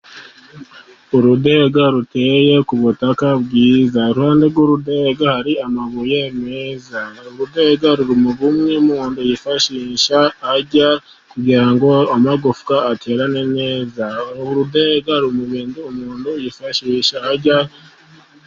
Urudega ruteye ku butaka bwiza. Iruhande rw'urudega hari amabuye meza. Urudega ni rumwe umuntu yifashisha arya, kugira ngo amagufwa aterane neza.